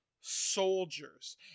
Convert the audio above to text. soldiers